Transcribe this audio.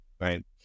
right